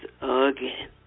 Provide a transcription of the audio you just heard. again